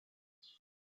ich